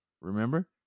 Remember